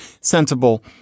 sensible